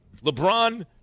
LeBron